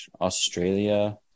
Australia